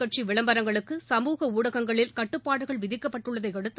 கட்சி விளம்பரங்களுக்கு சமூக ஊடகங்களில் கட்டுப்பாடுகள் அரசியல் விதிக்கப்பட்டுள்ளதை அடுத்து